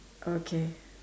okay